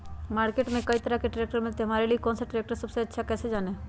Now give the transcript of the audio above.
Market में कई तरह के ट्रैक्टर मिलते हैं हमारे लिए कौन सा ट्रैक्टर सबसे अच्छा है कैसे जाने?